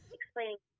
explaining